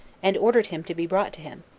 and ordered him to be brought to him,